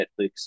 Netflix